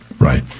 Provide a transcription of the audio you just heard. Right